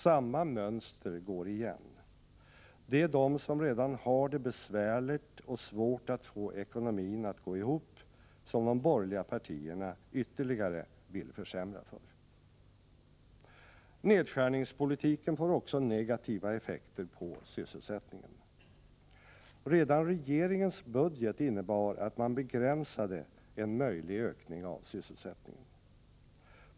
Samma mönster går igen. Det är de som redan har det besvärligt och svårt att få ekonomin att gå ihop som de borgerliga partierna ytterligare vill försämra för. Nedskärningspolitiken får också negativa effekter på sysselsättningen. Redan regeringens budget innebar att man begränsade en möjlig ökning av sysselsättningen.